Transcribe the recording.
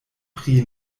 pri